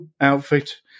outfit